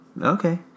Okay